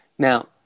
Now